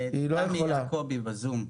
תמי יעקובי בזום.